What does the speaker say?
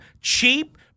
cheap